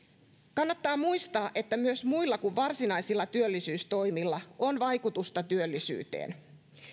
kannattaa muistaa että myös muilla kuin varsinaisilla työllisyystoimilla on vaikutusta työllisyyteen